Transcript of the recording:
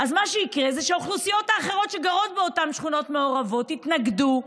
אז מה שיקרה הוא שהאוכלוסיות האחרות שגרות באותן שכונות מעורבות יתנגדו,